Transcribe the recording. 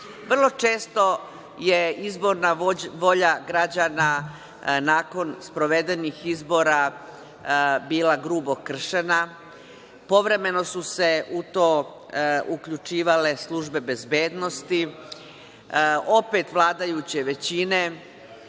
često je izborna volja građana nakon sprovedenih izbora bila grubo kršena, povremeno su se u to uključivale službe bezbednosti, opet vladajuće većine.